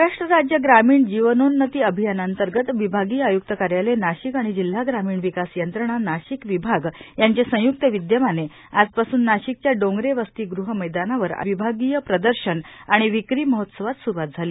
महाराष्ट्र राज्य ग्रामीण जीवनोन्नती अभियानांतर्गत विभागीय आय्क्त कार्यालय नाशिक आणि जिल्हा ग्रामीण विकास यंत्रणा नाशिक विभाग यांचे संयुक्त विद्यमाने आज पासून नाशिकच्या डोंगरे वसतिगृह मैदानावर विभागीय प्रदर्शन व विक्री महोत्सवास स्रुवात झाली